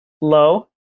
low